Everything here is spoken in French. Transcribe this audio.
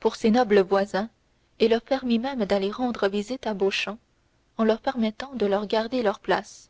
pour ses nobles voisins et leur permit même d'aller rendre visite à beauchamp en leur promettant de leur garder leurs places